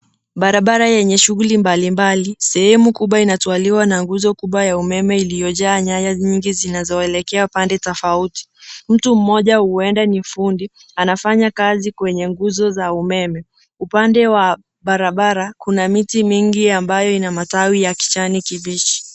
Barabara yenye shughuli mbalimbali. Sehemu kubwa inatawaliwa nguzo kubwa ya umeme iliyojaa nyaya nyingi zinazoelekea pande tofauti. Mtu mmoja huenda ni fundi anafanya kazi kwenye nguzo za umeme. Upande wa barabara kuna miti mingi ambayo ina matawi ya kijani kibichi.